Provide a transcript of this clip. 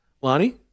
Lonnie